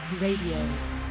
Radio